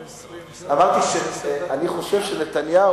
לא, בבוקר, איך אני אשמע?